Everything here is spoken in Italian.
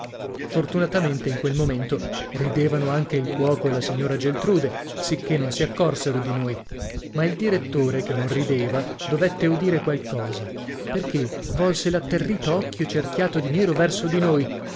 fortunatamente in quel momento ridevano anche il cuoco e la signora geltrude sicché non si accorsero di noi ma il direttore che non rideva dovette udire qualcosa perché volse l'atterrito occhio cerchiato di nero verso di noi